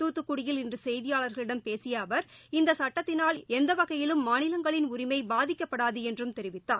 துத்துக்குடியில் இன்றுசெய்திபாளர்களிடம் பேசிய அவர் இந்தசட்டதத்தினால் எந்தஎந்தவகையிலும் மாநிலங்கள் உரிமைபாதிக்கப்படாதுஎன்றும் தெரிவித்தார்